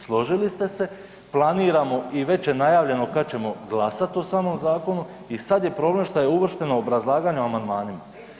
Složili ste se, planiramo i već je najavljeno kad ćemo glasati o samom zakonu i sad je problem što je uvršteno obrazlaganje o amandmanima.